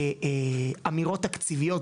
אמירות תקציביות,